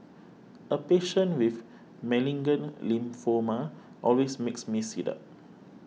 a patient with malignant lymphoma always makes me sit up